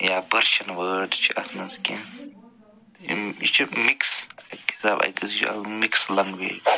یا Persian word چھِ اتھ منٛز کیٚنٛہہ یِم یہِ چھِ مِکٕس مِکٕس لنٛگویج